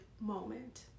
moment